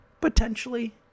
potentially